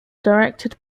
directed